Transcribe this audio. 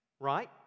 Right